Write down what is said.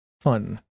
fun